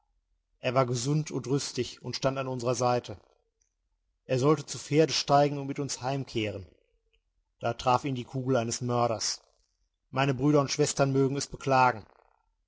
er war gesund und rüstig und stand an unserer seite er sollte zu pferde steigen und mit uns heimkehren da traf ihn die kugel eines mörders meine brüder und schwestern mögen es beklagen